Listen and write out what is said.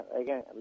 again